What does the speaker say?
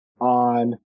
on